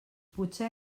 potser